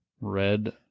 red